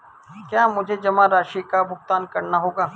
क्या मुझे जमा राशि का भुगतान करना होगा?